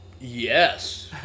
Yes